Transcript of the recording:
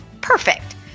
Perfect